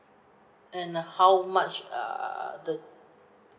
and how much err the